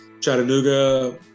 Chattanooga